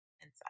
inside